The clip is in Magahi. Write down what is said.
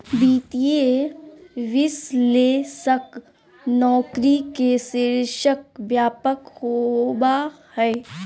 वित्तीय विश्लेषक नौकरी के शीर्षक व्यापक होबा हइ